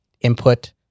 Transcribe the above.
input